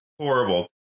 horrible